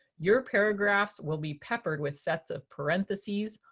your paragraphs will be peppered with sets of parentheses,